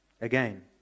Again